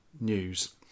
news